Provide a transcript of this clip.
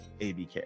ABK